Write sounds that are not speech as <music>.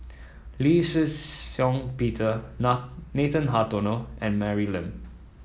Lee Shih Shiong Peter <unintelligible> Nathan Hartono and Mary Lim